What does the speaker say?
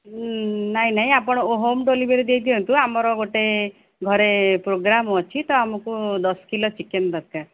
ନାହିଁ ନାହିଁ ଆପଣ ହୋମ୍ ଡେଲିଭରି ଦେଇଦିଅନ୍ତୁ ଆମର ଗୋଟେ ଘରେ ପୋଗ୍ରାମ ଅଛି ତ ଆମକୁ ଦଶ କିଲୋ ଚିକେନ୍ ଦରକାର